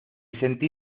sentí